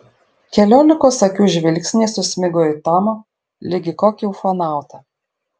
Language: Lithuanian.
keliolikos akių žvilgsniai susmigo į tomą lyg į kokį ufonautą